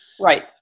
Right